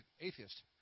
atheist